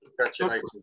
Congratulations